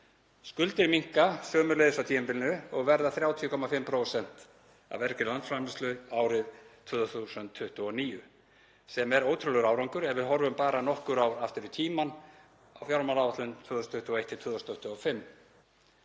Skuldir minnka sömuleiðis á tímabilinu og verða 30,5% af vergri landsframleiðslu árið 2029, sem er ótrúlegur árangur ef við horfum bara nokkur ár aftur í tímann, til fjármálaáætlunar 2021–2025.